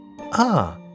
Ah